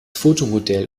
fotomodell